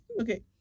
Okay